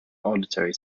auditory